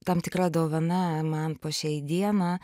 tam tikra dovana man po šiai dieną